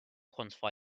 quantify